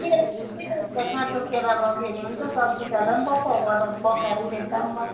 काँचो केरा लग्यो भने हुन्छ सब्जी खाँदा पनि भयो पकाउँदा पकाएर बेच्दा पनि भयो